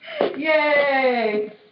Yay